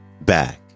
back